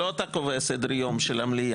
לא אתה קובע את סדר-היום של המליאה.